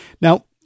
Now